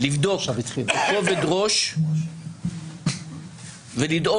לבדוק בכבוד ראש ולדאוג